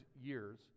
years